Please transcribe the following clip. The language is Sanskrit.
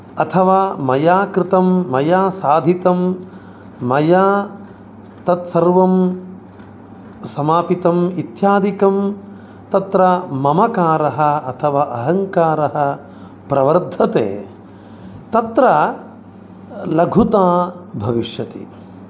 अथवा मया कृतं मया साधितं मया तद् सर्वं समापितम् इत्यादिकं तत्र ममकारः अथवा अहङ्कारः प्रवर्धते तत्र लघुता भविष्यति